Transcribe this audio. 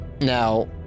Now